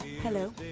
Hello